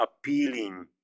appealing